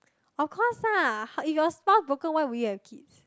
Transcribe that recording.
of course ah if your spouse broke up why would you have kids